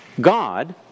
God